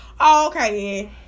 Okay